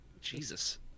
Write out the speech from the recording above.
Jesus